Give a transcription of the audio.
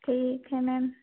ठीक है मैम